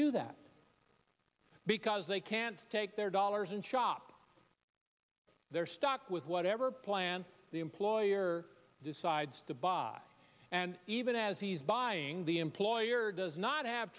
do that because they can't take their dollars and shop they're stuck with whatever plan the employer decides to buy and even as he's buying the employer does not have